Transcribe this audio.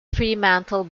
fremantle